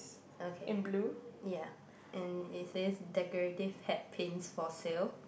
okay ya and it says decorative hat paints for sale